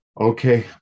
Okay